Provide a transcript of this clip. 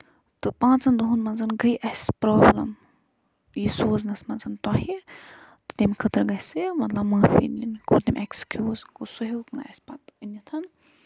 تہٕ پانژَن دۄہَن منٛز گٔے اَسہِ پرٛابلِم یہِ سوزنَس منٛز تۅہہِ تہٕ تَمہِ خٲطرٕ گژھِ مطلب معٲفی دِنۍ کوٚر تٔمۍ ایکٕسکوٗز سُہ ہیوٚک نہٕ پَتہٕ اَسہِ أنِتھ